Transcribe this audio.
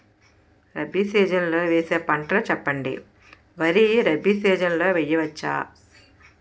Rabi season లో వేసే పంటలు చెప్పండి? వరి రబీ సీజన్ లో వేయ వచ్చా?